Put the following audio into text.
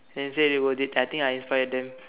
then say they will they I think I inspired them